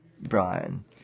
Brian